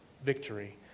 victory